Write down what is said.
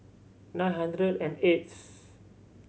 nine hundred and eighth